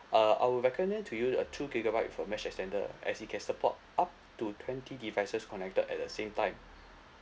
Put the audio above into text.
uh I will recommend to you a two gigabyte with a mesh extender as it can support up to twenty devices connected at the same time